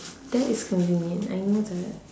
that is convenient I know that